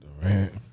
Durant